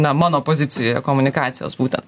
na mano pozicijoje komunikacijos būtent